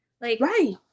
Right